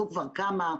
נעשו כבר כמה.